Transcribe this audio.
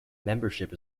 membership